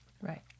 Right